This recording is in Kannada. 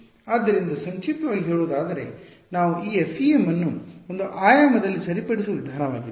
ಆದ್ದರಿಂದ ಸಂಕ್ಷಿಪ್ತವಾಗಿ ಹೇಳುವುದಾದರೆ ನಾವು ಈ FEM ಅನ್ನು ಒಂದು ಆಯಾಮದಲ್ಲಿ ಸರಿಪಡಿಸುವ ವಿಧಾನವಾಗಿದೆ